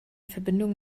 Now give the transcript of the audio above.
verbindung